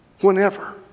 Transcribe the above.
whenever